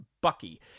Bucky